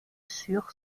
sur